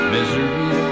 Misery